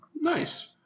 Nice